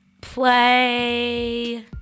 Play